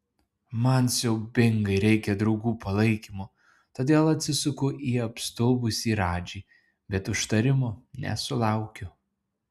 man siaubingai reikia draugų palaikymo todėl atsisuku į apstulbusį radžį bet užtarimo nesulaukiu